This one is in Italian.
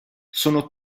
sono